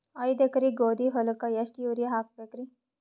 ಐದ ಎಕರಿ ಗೋಧಿ ಹೊಲಕ್ಕ ಎಷ್ಟ ಯೂರಿಯಹಾಕಬೆಕ್ರಿ?